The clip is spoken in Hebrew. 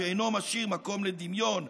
שאינו משאיר מקום לדמיון,